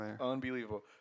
unbelievable